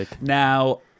now